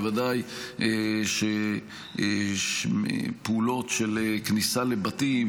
ובוודאי פעולות של כניסה לבתים